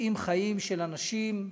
קוטעים חיים של אנשים,